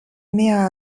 mia